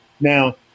Now